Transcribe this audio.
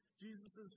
Jesus